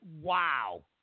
wow